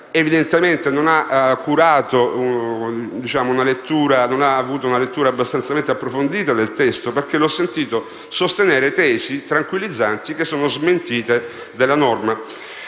evidentemente non ha fatto una lettura abbastanza approfondita del testo, perché l'ho sentito sostenere tesi tranquillizzanti che sono smentite dalla norma.